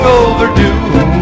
overdue